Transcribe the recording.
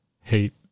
hate